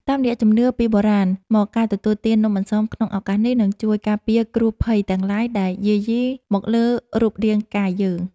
តាមរយៈជំនឿពីបុរាណមកការទទួលទាននំអន្សមក្នុងឱកាសនេះនឹងជួយការពារគ្រោះភ័យទាំងឡាយដែលយាយីមកលើរូបរាងកាយយើង។